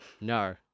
No